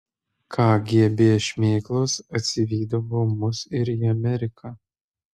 kgb šmėklos atsivydavo mus ir į ameriką